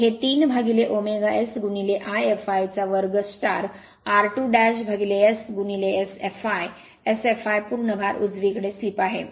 तर हे 3ω S I fl2 r2S Sfl Sfl पूर्ण भार उजवीकडे स्लिप आहे